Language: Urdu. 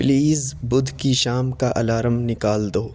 پلیز بدھ کی شام کا الارم نکال دو